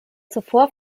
zuvor